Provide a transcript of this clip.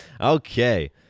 Okay